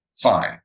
fine